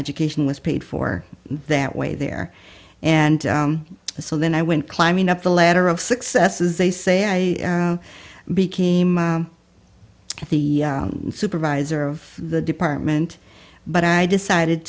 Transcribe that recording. education was paid for that way there and so then i went climbing up the ladder of success is they say i became the supervisor of the department but i decided